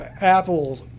apple